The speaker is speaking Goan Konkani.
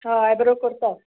हय आयब्रो करता